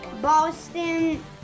Boston